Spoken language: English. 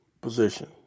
position